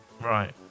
Right